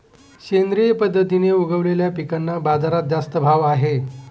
सेंद्रिय पद्धतीने उगवलेल्या पिकांना बाजारात जास्त भाव आहे